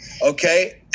okay